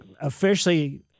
officially